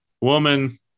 woman